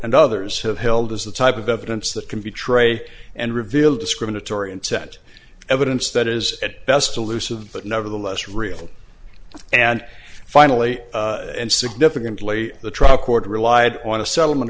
and others have held as the type of evidence that can be tray and reveal discriminatory intent evidence that is at best elusive but nevertheless real and finally and significantly the trial court relied on a settlement